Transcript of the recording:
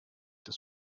dass